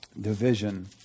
division